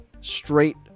straight